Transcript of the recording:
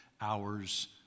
hours